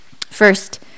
First